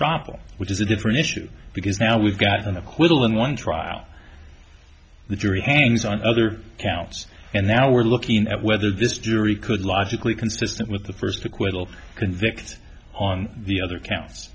strobl which is a different issue because now we've got an acquittal in one trial the jury hangs on other counts and now we're looking at whether this jury could logically consistent with the first acquittal convicts on the other counts